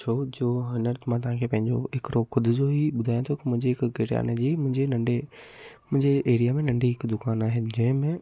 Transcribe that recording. छोजो हिन वटि मां तव्हांखे पंहिंजो हिकिड़ो ख़ुदि जो ई ॿुधाए थो की मुंहिंजी हिकु किरयाने जी मुंहिंजी नंढे मुंहिंजी एरिया में नंढी हिकु दुकानु आहे जंहिं में